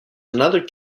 another